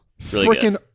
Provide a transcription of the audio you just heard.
freaking